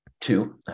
Two